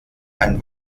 ein